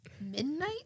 Midnight